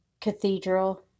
cathedral